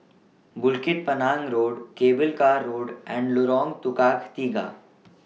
Bukit Panjang Road Cable Car Road and Lorong Tukang Tiga